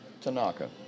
Tanaka